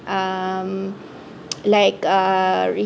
um like uh